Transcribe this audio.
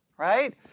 Right